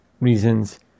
reasons